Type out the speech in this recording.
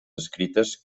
escrites